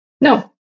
No